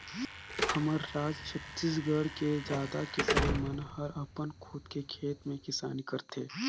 हमर राज छत्तीसगढ़ के जादा किसान मन हर अपन खुद के खेत में किसानी करथे